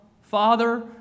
father